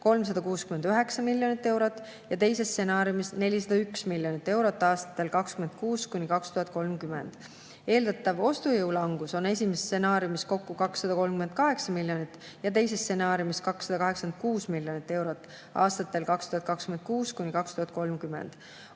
369 miljonit eurot ja teises stsenaariumis 401 miljonit eurot aastatel 2026–2030. Eeldatav ostujõu langus on esimeses stsenaariumis kokku 238 miljonit ja teises stsenaariumis 286 miljonit eurot aastatel 2026–2030.